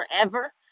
Forever